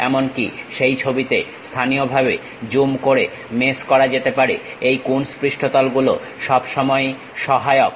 এমনকি সেই ছবিতে স্থানীয়ভাবে জুম করে মেস করা যেতে পারে এই কুনস পৃষ্ঠতলগুলো সব সময়ই সহায়ক